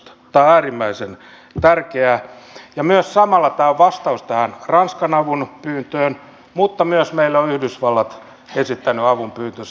tämä on äärimmäisen tärkeä ja samalla tämä on myös vastaus ranskan avunpyyntöön mutta meille on myös yhdysvallat esittänyt avunpyyntönsä